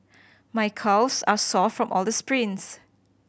my calves are sore from all the sprints